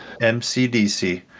mcdc